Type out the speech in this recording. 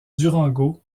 durango